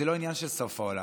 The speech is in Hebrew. זה לא עניין של סוף העולם,